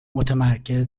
متمرکز